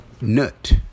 nut